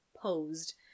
posed